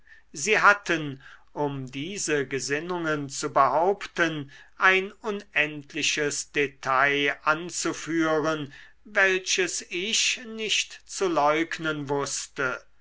sie hatten um diese gesinnungen zu behaupten ein unendliches detail anzuführen welches ich nicht zu leugnen wußte